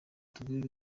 tubwira